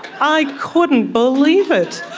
i couldn't believe it.